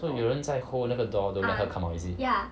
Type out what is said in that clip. so 有人在 hold 那个 door don't let her come out is it